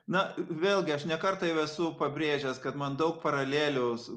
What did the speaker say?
na vėlgi aš ne kartą jau esu pabrėžęs kad man daug paralelių su